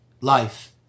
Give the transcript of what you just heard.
life